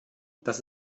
dass